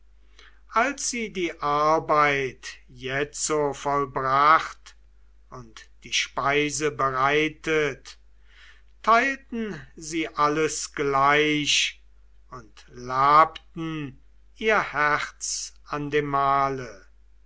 als sie die arbeit jetzo vollbracht und die speise bereitet teilten sie alles gleich und labten ihr herz an dem mahle